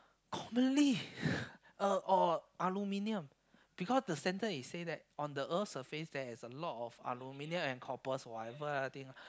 commonly uh or aluminium because the sentence is say that on the earth surface there is a lot of aluminum and coppers whatever ah that thing